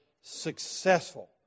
successful